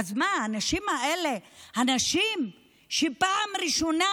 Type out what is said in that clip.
אז מה, הנשים האלה, האישה שבפעם הראשונה